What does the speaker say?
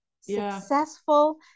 successful